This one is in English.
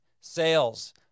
sales